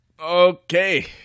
Okay